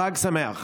חג שמח.